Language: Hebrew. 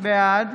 בעד